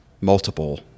multiple